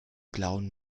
blauen